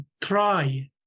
try